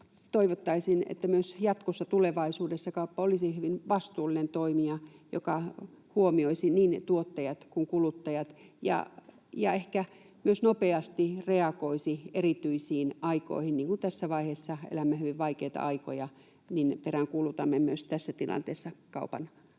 toivottaisiin, että myös jatkossa, tulevaisuudessa, kauppa olisi hyvin vastuullinen toimija, joka huomioisi niin tuottajat kuin kuluttajat ja ehkä myös nopeasti reagoisi erityisiin aikoihin — niin kuin tässä vaiheessa elämme hyvin vaikeita aikoja, niin peräänkuulutamme myös tässä tilanteessa kaupan osuutta